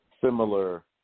similar